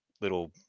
little